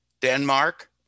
Denmark